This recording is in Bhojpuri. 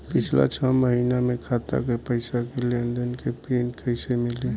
पिछला छह महीना के खाता के पइसा के लेन देन के प्रींट कइसे मिली?